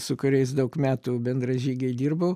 su kuriais daug metų bendražygiai dirbau